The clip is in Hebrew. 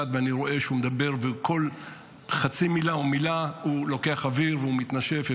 ואני רואה שהוא מדבר וכל חצי מילה או מילה הוא לוקח אוויר והוא מתנשף.